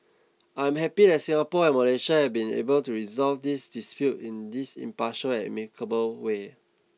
I am happy that Singapore and Malaysia have been able to resolve this dispute in this impartial and amicable way